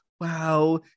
wow